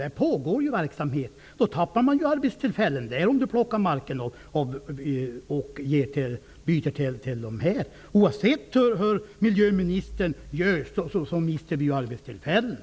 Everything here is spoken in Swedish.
Byter man med sådan mark, för att ge dessa 900 delägare mark, förloras det ju arbetstillfällen där. Oavsett hur miljöministern gör, mister vi arbetstillfällen.